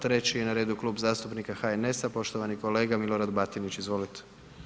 Treći je na redu Klub zastupnika HNS-a poštovani kolega Milorad Batinić, izvolite.